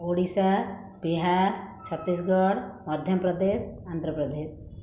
Odisha Bihar Chhattisgarh Madhya Pradesh Andhra Pradesh